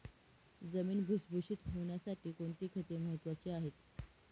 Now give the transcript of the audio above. जमीन भुसभुशीत होण्यासाठी कोणती खते महत्वाची आहेत?